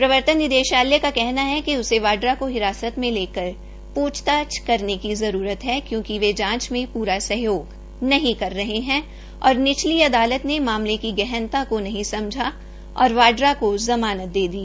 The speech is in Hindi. प्रवर्तन निदेशालय का कहना है कि उसे वाड्रा को हिरासत मे लेकर पूछताछ करने की जरूरत है क्योंकि वे जाचं में पूरा सहयोग नहीं कर रहे है और निचली अदालत ने मामले की गहनता को नहीं समझा और वाड्रा को ज़मानत दे दी